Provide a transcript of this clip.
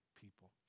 people